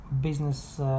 business